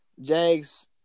Jags